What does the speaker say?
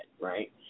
right